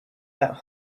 that